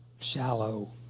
shallow